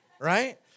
right